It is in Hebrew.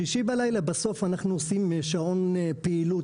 שישי בלילה בסוף אנחנו עושים שעון פעילות